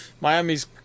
Miami's